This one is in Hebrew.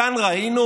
וכאן ראינו